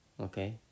okay